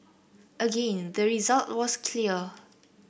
again the result was clear